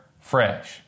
fresh